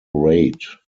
raid